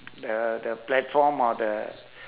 the the platform or the